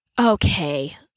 Okay